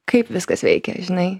kaip viskas veikia žinai